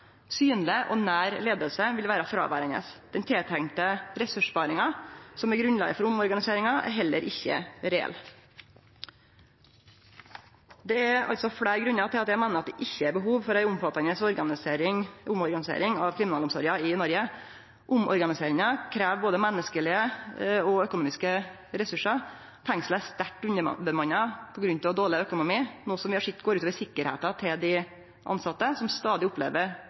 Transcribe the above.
Synleg og nær leiing vil vere fråverande. Den tiltenkte ressurssparinga, som er grunnlaget for omorganiseringa, er heller ikkje reell. Det er altså fleire grunnar til at eg meiner at det ikkje er behov for ei omfattande omorganisering av kriminalomsorga i Noreg. Omorganiseringa krev både menneskelege og økonomiske ressursar. Fengsla er sterkt underbemanna på grunn av dårleg økonomi, noko som går ut over sikkerheita til dei tilsette, som stadig opplever